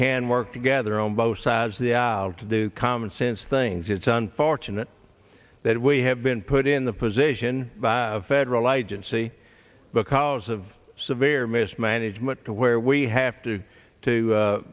can work together on both sides the to do commonsense things it's unfortunate that we have been put in the position of federal agency because of severe mismanagement to where we have to to